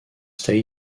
state